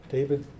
David